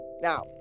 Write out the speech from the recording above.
now